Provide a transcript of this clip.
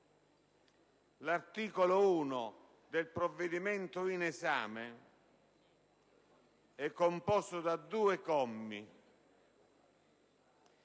L'articolo 1 del provvedimento in esame è composto da due commi.